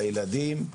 לילדים,